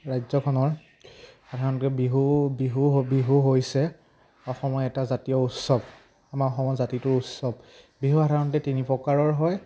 ৰাজ্যখনৰ সাধাৰণতে বিহু বিহু বিহু হৈছে অসমৰ এটা জাতীয় উৎসৱ আমাৰ অসমৰ জাতিটো উৎসৱ বিহু সাধাৰণতে তিনি প্ৰকাৰৰ হয়